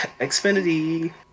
Xfinity